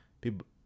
people